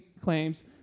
claims